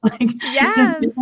Yes